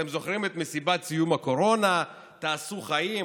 אתם זוכרים את מסיבת סיום הקורונה: תעשו חיים,